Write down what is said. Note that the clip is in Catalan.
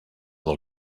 del